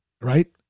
Right